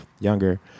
younger